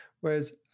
Whereas